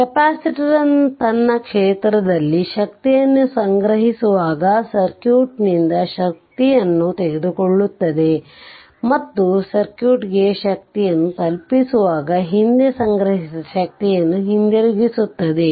capacitor ತನ್ನ ಕ್ಷೇತ್ರದಲ್ಲಿ ಶಕ್ತಿಯನ್ನು ಸಂಗ್ರಹಿಸುವಾಗ ಸರ್ಕ್ಯೂಟ್ನಿಂದ ಶಕ್ತಿಯನ್ನು ತೆಗೆದುಕೊಳ್ಳುತ್ತದೆ ಮತ್ತು ಸರ್ಕ್ಯೂಟ್ಗೆ ಶಕ್ತಿಯನ್ನು ತಲುಪಿಸುವಾಗ ಹಿಂದೆ ಸಂಗ್ರಹಿಸಿದ ಶಕ್ತಿಯನ್ನು ಹಿಂದಿರುಗಿಸುತ್ತದೆ